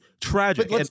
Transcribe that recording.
tragic